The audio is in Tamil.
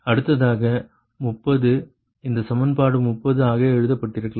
அடுத்ததாக 30 இந்த சமன்பாடு 30 ஆக எழுதப்பட்டிருக்கலாம்